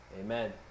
Amen